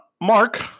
mark